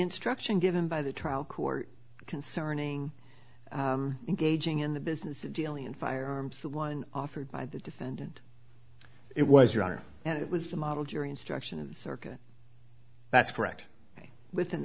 instruction given by the trial court concerning engaging in the business of dealing in firearms one offered by the defendant it was your honor and it was the model jury instruction circuit that's correct with an